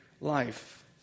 life